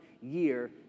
year